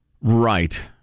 Right